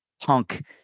punk